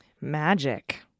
Magic